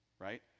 Right